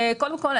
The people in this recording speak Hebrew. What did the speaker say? קודם כול,